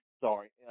Sorry